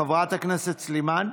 חברת הכנסת סלימאן,